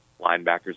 Linebackers